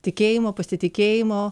tikėjimo pasitikėjimo